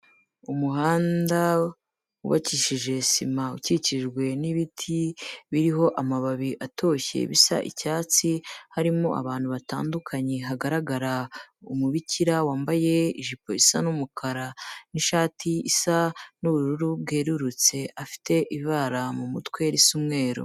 Umuhanda wubakishije sima ukikijwe n'ibiti biriho amababi atoshye bisa icyatsi; harimo abantu batandukanye, hagaragara umubikira wambaye ijipo isa n'umukara, n'ishati isa n'ubururu bwerurutse, afite ivara mu mutwe risa umweru.